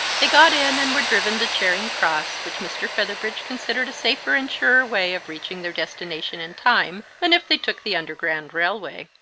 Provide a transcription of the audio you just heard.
they got in and were driven to charing cross, which mr. featherbridge considered a safer and surer way of reaching their destination in time than if they took the underground railway.